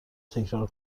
تکرار